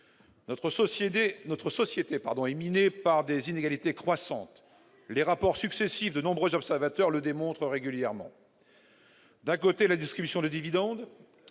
Notre société est minée par des inégalités croissantes- les rapports successifs de nombreux observateurs le démontrent régulièrement. Du côté de la distribution de dividendes,